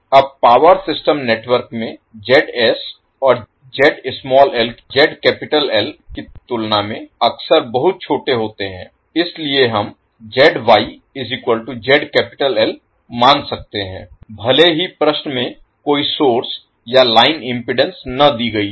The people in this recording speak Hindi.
अब पावर सिस्टम नेटवर्क में की तुलना में अक्सर बहुत छोटे होते हैं इसलिए हम मान सकते हैं भले ही प्रश्न में कोई सोर्स या लाइन इम्पीडेन्स न दी गई हो